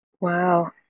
wow